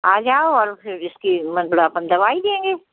आ जाओ और फिर इसकी मतलब आपन दवाई देंगे